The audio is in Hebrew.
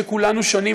שכולנו שונים,